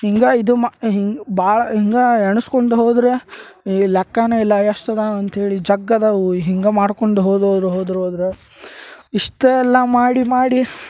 ಹಿಂಗೆ ಇದು ಮಾ ಹಿಂಗೆ ಭಾಳ ಹಿಂಗೆ ಎಣಿಸ್ಕೊಂಡು ಹೋದರೆ ಏ ಲೆಕ್ಕನೇ ಇಲ್ಲ ಎಷ್ಟು ಅದಾವ ಅಂತ್ಹೇಳಿ ಜಗ್ ಅದಾವು ಹಿಂಗೆ ಮಾಡ್ಕೊಂಡು ಹೋದವ್ರು ಹೋದ್ರೆ ಹೋದ್ರೆ ಇಷ್ಟೆಲ್ಲ ಮಾಡಿ ಮಾಡಿ